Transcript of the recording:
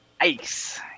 Ice